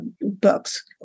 books